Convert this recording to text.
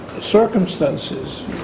circumstances